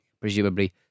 presumably